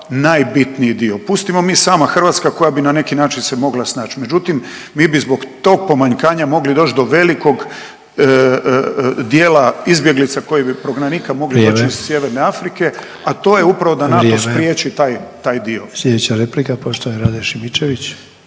najbitniji dio. Pustimo mi, sama Hrvatska koja bi na neki način se mogla snać, međutim, mi bi zbog tog pomanjkanja mogli doć do velikog dijela izbjeglica, koji bi, prognanika, mogli doć iz sjeverne Afrike, a to je upravo da NATO spriječi taj, taj dio. **Sanader, Ante (HDZ)** Vrijeme,